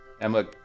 Emma